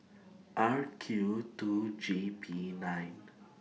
R Q two G P nine